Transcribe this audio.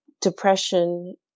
depression